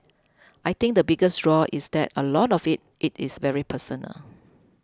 I think the biggest draw is that a lot of it it is very personal